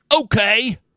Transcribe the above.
Okay